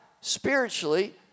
spiritually